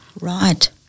Right